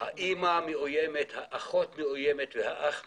האמא מאוימת, האחרות מאוימת והאח מאוים.